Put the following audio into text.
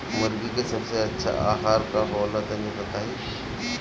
मुर्गी के सबसे अच्छा आहार का होला तनी बताई?